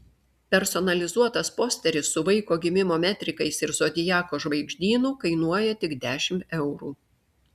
personalizuotas posteris su vaiko gimimo metrikais ir zodiako žvaigždynu kainuoja tik dešimt eurų